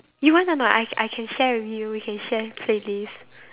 you want or not I I can share with you we can share playlist